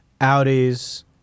Audis